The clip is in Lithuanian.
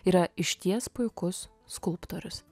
yra išties puikus skulptorius